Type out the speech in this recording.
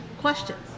questions